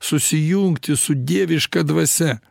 susijungti su dieviška dvasia